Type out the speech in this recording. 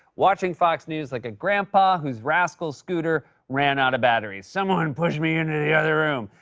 watching fox news, like a grandpa whose rascal scooter ran out of batteries. someone push me into the other room.